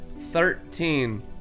Thirteen